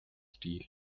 steel